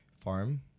farm